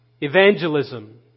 Evangelism